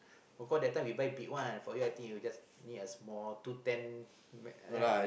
of course that time we buy big one for you I think you just need a small two ten uh right